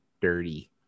dirty